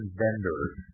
vendors